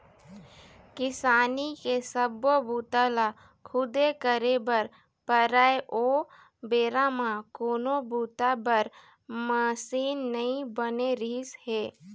किसानी के सब्बो बूता ल खुदे करे बर परय ओ बेरा म कोनो बूता बर मसीन नइ बने रिहिस हे